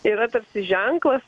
yra tarsi ženklas